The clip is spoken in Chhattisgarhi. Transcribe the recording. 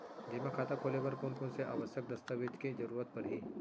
जेमा खाता खोले बर कोन कोन से आवश्यक दस्तावेज के जरूरत परही?